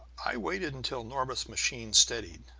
i waited until norbith's machine steadied,